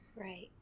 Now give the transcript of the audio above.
Right